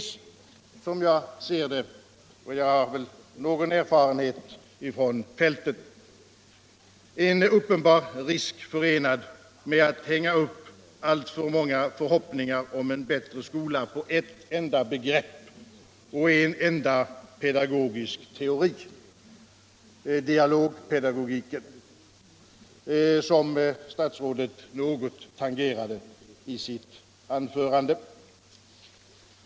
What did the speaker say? Som jag ser det — och jag har väl någon erfarenhet från fältet — är en uppenbar risk förenad med att hänga upp alltför många förhoppningar om en bättre skola på ett enda begrepp och en enda pedagogisk teori, dialogpedagogiken, vilket statsrådet något tangerade i sitt anförande.